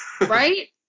Right